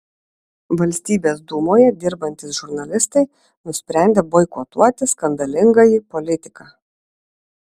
valstybės dūmoje dirbantys žurnalistai nusprendė boikotuoti skandalingąjį politiką